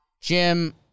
Jim